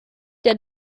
der